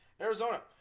Arizona